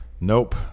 nope